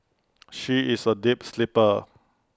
she is A deep sleeper